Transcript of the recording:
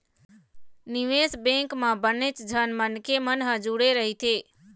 निवेश बेंक म बनेच झन मनखे मन ह जुड़े रहिथे